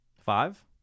Five